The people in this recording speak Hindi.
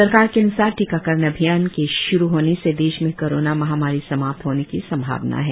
सरकार के अनुसार टीकाकरण अभियान के शुरू होने से देश में कोरोना महामारी समाप्त होने की संभावना है